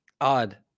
odd